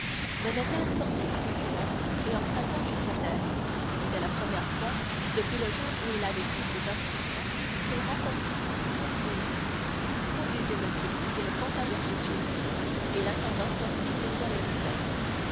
le notaire sortit à reculons et en saluant jusqu'à terre c'était la première fois depuis le jour où il avait pris ses inscriptions qu'il rencontrait un pareil client conduisez monsieur dit le comte à bertuccio et l'intendant sortit derrière le notaire